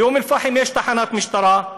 באום אל-פחם יש תחנת משטרה,